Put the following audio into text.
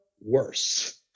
worse